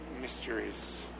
mysteries